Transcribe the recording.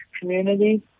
community